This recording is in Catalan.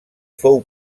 fou